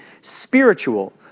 spiritual